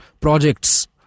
projects